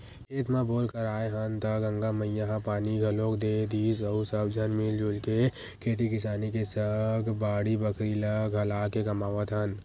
खेत म बोर कराए हन त गंगा मैया ह पानी घलोक दे दिस अउ सब झन मिलजुल के खेती किसानी के सग बाड़ी बखरी ल घलाके कमावत हन